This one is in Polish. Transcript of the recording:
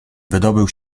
wydobył